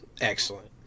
excellent